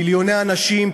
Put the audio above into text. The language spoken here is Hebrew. מיליוני אנשים,